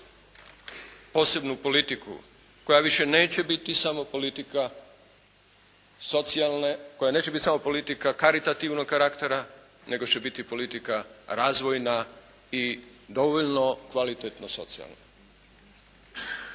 posebnu politiku koja više neće biti samo politika socijalne, koja neće biti samo politika karitativnog karaktera nego će biti politika razvojna i dovoljno kvalitetno socijalna.